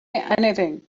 anything